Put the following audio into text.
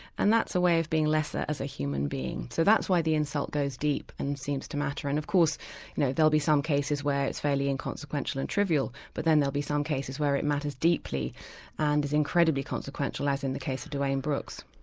and that's a way of being lesser as a human being. so that's why the insult goes deep and seems to matter, and of course you know there'll be some cases where it's fairly inconsequential and trivial, but there may be some cases where it matters deeply and is incredibly consequential, as in the case of dwayne brooks.